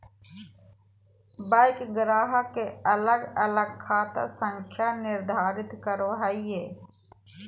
bank ग्राहक के अलग अलग खाता संख्या निर्धारित करो हइ